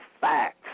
facts